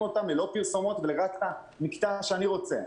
אותם ללא פרסומות אלא רק את המקטע שאני רוצה.